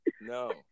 no